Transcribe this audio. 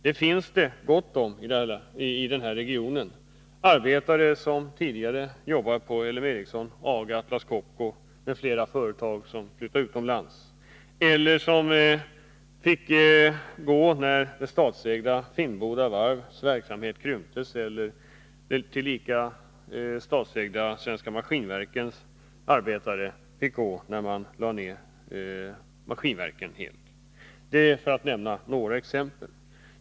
Det finns det gott om i den här regionen, arbetare som tidigare jobbat på Ericsson, AGA, Atlas Copco, m.fl. företag, som flyttat utomlands, arbetare som fått gå när det statsägda Finnboda Varvs verksamhet krymptes eller när det tillika statsägda Svenska Maskinverken lades ned, för att nämna några exempel.